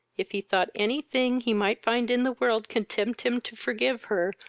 if he thought any thing he might find in the world could tempt him to forgive her,